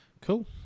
Cool